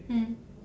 mm